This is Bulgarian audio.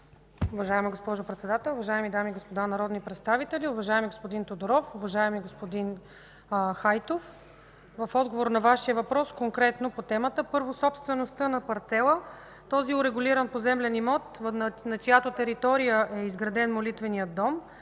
Уважаема госпожо Председател, уважаеми дами и господа народни представители! Уважаеми господин Тодоров, уважаеми господин Хайтов, в отговор на Вашия въпрос конкретно по темата. Първо, собствеността на парцела – този урегулиран поземлен имот, на чиято територия е изграден молитвеният дом,